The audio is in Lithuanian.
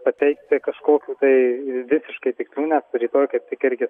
pateikti kažkokių tai visiškai tikslių nes rytoj kaip tik irgi